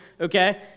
okay